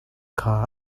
kha